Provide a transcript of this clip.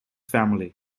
family